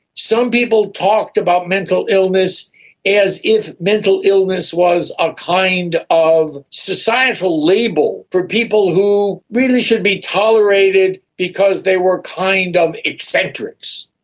some people talked about mental illness as if mental illness was a kind of societal label for people who really should be tolerated because they were kind of eccentrics.